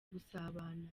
gusabana